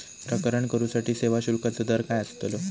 प्रकरण करूसाठी सेवा शुल्काचो दर काय अस्तलो?